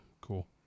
cool